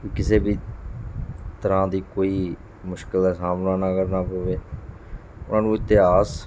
ਕਿਸੇ ਵੀ ਤਰ੍ਹਾਂ ਦੀ ਕੋਈ ਮੁਸ਼ਕਿਲ ਦਾ ਸਾਹਮਣਾ ਨਾ ਕਰਨਾ ਪਵੇ ਉਨ੍ਹਾਂ ਨੂੰ ਇਤਿਹਾਸ